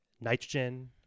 Nitrogen